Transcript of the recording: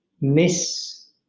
miss